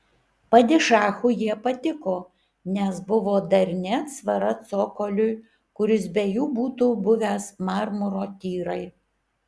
padišachui jie patiko nes buvo darni atsvara cokoliui kuris be jų būtų buvęs marmuro tyrai